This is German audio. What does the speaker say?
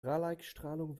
raleighstrahlung